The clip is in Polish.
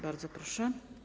Bardzo proszę.